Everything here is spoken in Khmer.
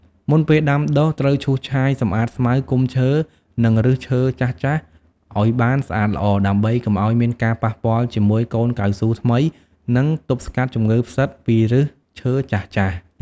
មុនពេលដាំដុះ ត្រូវឈូសឆាយសំអាតស្មៅ គុម្ពឈើ និងឬសឈើចាស់ៗឱ្យបានស្អាតល្អ ដើម្បីកុំឱ្យមានការប៉ះពាលជាមួយកូនកៅស៊ូថ្មី និងទប់ស្កាត់ជំងឺផ្សិតពីឫសឈើចាស់ៗ។